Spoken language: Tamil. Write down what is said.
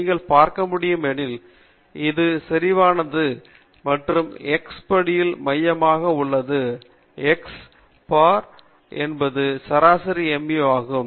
நீங்கள் பார்க்க முடியும் எனில் இது மிகவும் செறிவானது மற்றும் இது x பட்டியில் மையமாக உள்ளது x பார் என்பது சராசரி MU ஆகும்